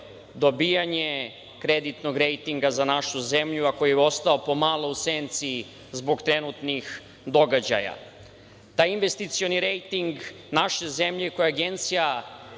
dobijanje kreditnog rejtinga za našu zemlju, a koji je ostao pomalo u senci zbog trenutnih događaja. Taj investicioni rejting naše zemlja koja je Agencija